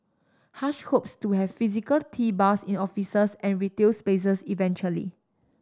Hush hopes to have physical tea bars in offices and retail spaces eventually